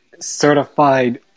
certified